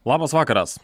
labas vakaras